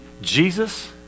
Jesus